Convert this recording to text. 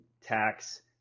tax